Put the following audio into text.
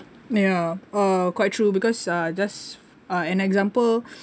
ya uh quite true because uh just uh an example